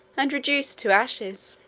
and reduced to ashes